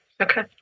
Okay